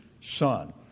son